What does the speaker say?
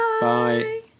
Bye